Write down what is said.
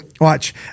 watch